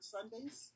Sundays